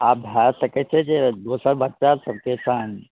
आओर भऽ सकै छै जे दोसर बच्चा सबके सङ्ग